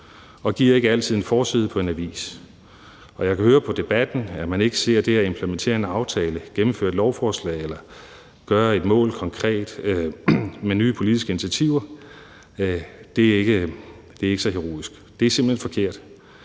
det giver ikke altid en forside på en avis. Og jeg kan høre på debatten, at man ikke ser det at implementere en aftale, gennemføre et lovforslag eller gøre et mål konkret med nye politiske initiativer som noget heroisk. Det er simpelt hen forkert.